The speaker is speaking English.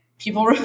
people